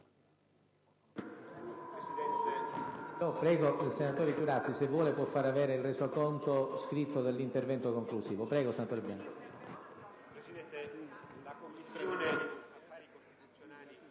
Presidente, la Commissione